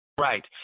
Right